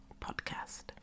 podcast